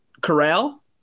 Corral